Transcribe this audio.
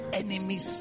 enemies